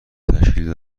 تشکیل